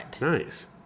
Nice